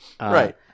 Right